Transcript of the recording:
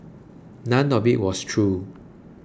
none of it was true